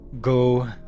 Go